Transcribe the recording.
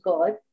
God